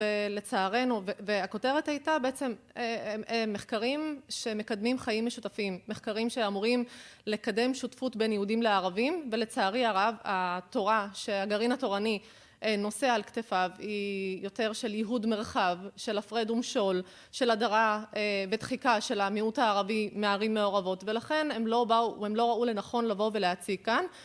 ולצערנו, והכותרת הייתה בעצם מחקרים שמקדמים חיים משותפים, מחקרים שאמורים לקדם שותפות בין יהודים לערבים, ולצערי הרב, התורה שהגרעין התורני נושא על כתפיו, היא יותר של יהוד מרחב, של הפרד ומשול, של הדרה ודחיקה של המיעוט הערבי מערים מעורבות, ולכן הם לא באו... הם לא ראו לנכון לבוא ולהציג כאן.